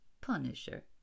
punisher